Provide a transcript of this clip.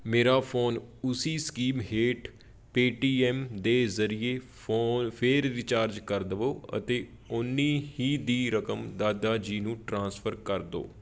ਮੇਰਾ ਫੋਨ ਉਸੀ ਸਕੀਮ ਹੇਠ ਪੇਟੀਐੱਮ ਦੇ ਜ਼ਰੀਏ ਫੋ ਫੇਰ ਰਿਚਾਰਜ ਕਰ ਦੇਵੋ ਅਤੇ ਓਨੀ ਹੀ ਦੀ ਰਕਮ ਦਾਦਾ ਜੀ ਨੂੰ ਟ੍ਰਾਂਸਫਰ ਕਰ ਦਿਉ